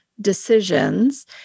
decisions